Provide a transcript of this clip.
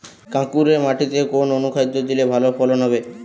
কাঁকুরে মাটিতে কোন অনুখাদ্য দিলে ভালো ফলন হবে?